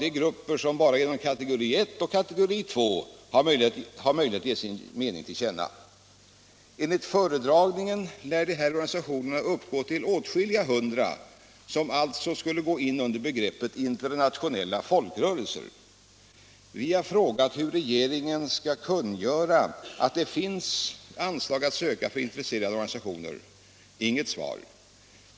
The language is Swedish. Enligt föredragningen lär de här organisationerna uppgå till åtskilliga hundra, som alltså skulle gå in under begreppet internationella folkrörelser. Vi har frågat hur regeringen skall kungöra att det finns anslag att söka för intresserade organisationer. Inget svar.